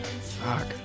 Fuck